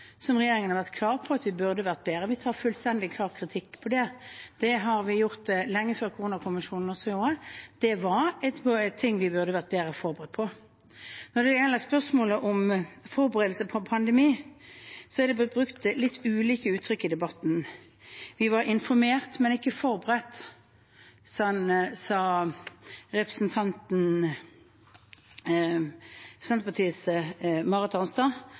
vært. Vi tar fullstendig og klart kritikk på det. Det gjorde vi lenge før Koronakommisjonen gjorde det. Det var ting vi burde vært bedre forberedt på. Når det gjelder spørsmålet om forberedelse på pandemi, er det blitt brukt litt ulike uttrykk i debatten. Vi var informert, men ikke forberedt, sa representanten fra Senterpartiet, Marit Arnstad.